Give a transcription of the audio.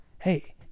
hey